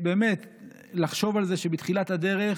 לחשוב על זה שבתחילת הדרך